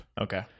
Okay